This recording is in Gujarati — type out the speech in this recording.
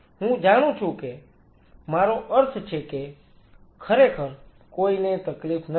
હું જાણું છું કે મારો અર્થ છે કે ખરેખર કોઈને તકલીફ નથી